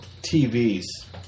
TV's